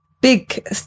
big